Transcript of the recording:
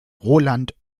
roland